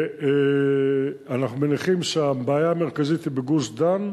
ואנחנו מניחים שהבעיה המרכזית היא בגוש-דן.